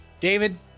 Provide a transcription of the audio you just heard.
David